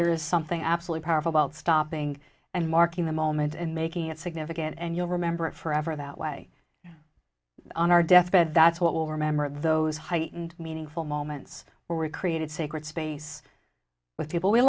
there is something absolute power of about stopping and marking the moment and making it significant and you'll remember it forever that way on our deathbed that's what will remember those heightened meaningful moments where we created sacred space with people we